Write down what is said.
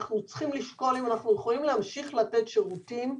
אנחנו צריכים לשקול האם אנחנו יכולים להמשיך לתת שירותים.